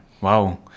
wow